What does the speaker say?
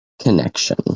connection